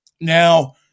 Now